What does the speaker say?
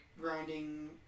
grinding